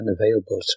unavailable